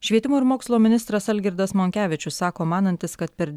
švietimo ir mokslo ministras algirdas monkevičius sako manantis kad per